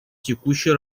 текущей